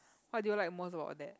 what do you like most about that